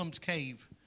cave